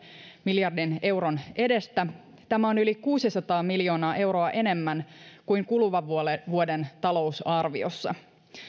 miljardin euron edestä tämä on yli kuusisataa miljoonaa euroa enemmän kuin kuluvan vuoden talousarviossa